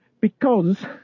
Because